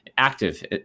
active